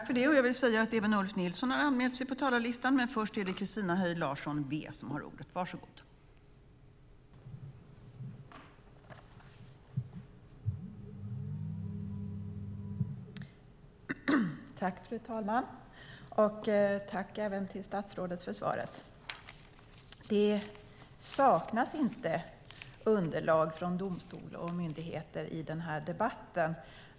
Fru talman! Tack, statsrådet, för svaret! Det saknas inte underlag från domstol och myndigheter i den här debatten.